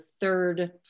third